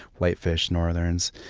whitefish, northerns.